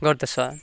गर्दछ